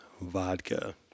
vodka